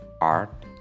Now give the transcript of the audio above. Art